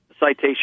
citation